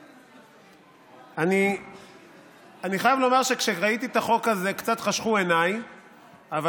אני חייב לומר שכשראיתי את החוק הזה חשכו עיניי קצת,